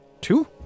two